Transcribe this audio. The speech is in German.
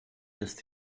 ist